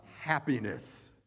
happiness